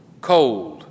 cold